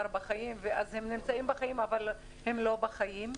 בחיים ואז הם נמצאים בחיים אבל הם לא בחיים.